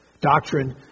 Doctrine